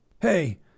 Hey